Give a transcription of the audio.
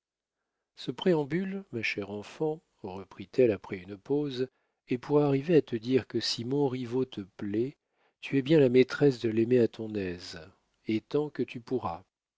ce préambule ma chère enfant reprit-elle après une pause est pour arriver à te dire que si montriveau te plaît tu es bien la maîtresse de l'aimer à ton aise et tant que tu pourras